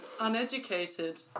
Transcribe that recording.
Uneducated